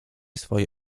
swoje